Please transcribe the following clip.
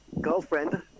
girlfriend